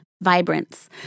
Vibrance